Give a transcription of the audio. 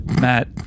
Matt